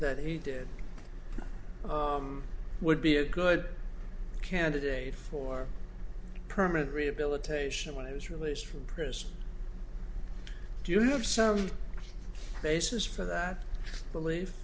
he did would be a good candidate for permanent rehabilitation when it was released from prison do you have some basis for that belief